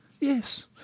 Yes